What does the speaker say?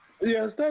Yes